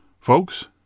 Folks